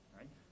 right